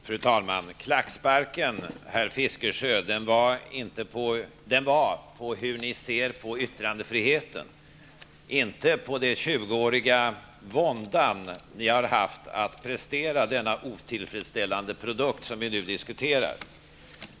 Fru talman! Klacksparken, herr Fiskesjö, gällde hur ni ser på yttrandefriheten och inte den tjugoåriga vånda ni har haft att prestera den otillfredsställande produkt som vi nu diskuterar.